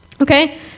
Okay